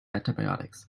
antibiotics